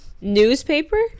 Newspaper